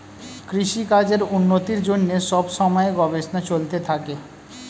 কৃষিকাজের উন্নতির জন্যে সব সময়ে গবেষণা চলতে থাকে